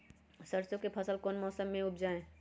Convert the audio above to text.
सरसों की फसल कौन से मौसम में उपजाए?